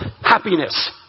happiness